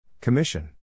Commission